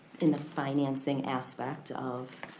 in the financing aspect of